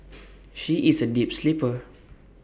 she is A deep sleeper